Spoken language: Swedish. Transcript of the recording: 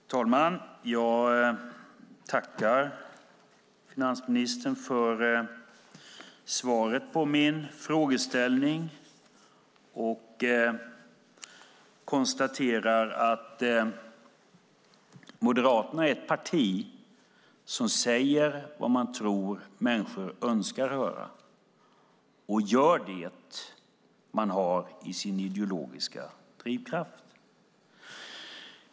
Herr talman! Jag tackar finansministern för svaret på min frågeställning och konstaterar att Moderaterna är ett parti som säger vad man tror att människor önskar höra och gör det man har i sin ideologiska drivkraft.